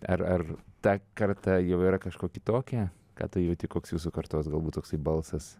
ar ar ta karta jau yra kažkuo kitokia ką tu jauti koks jūsų kartos galbūt toksai balsas